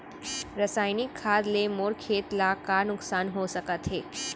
रसायनिक खाद ले मोर खेत ला का नुकसान हो सकत हे?